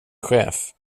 chef